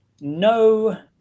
no